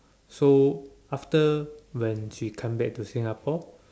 so after when she come back to Singapore